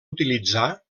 utilitzar